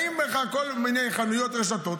באות כל מיני חנויות ורשתות,